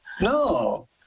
No